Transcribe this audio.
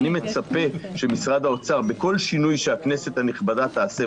אני מצפה שבכל שינוי שהכנסת הנכבדה תעשה,